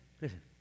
listen